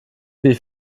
wie